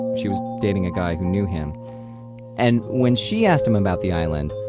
she was dating a guy who knew him and when she asked him about the island,